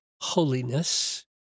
holiness